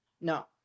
No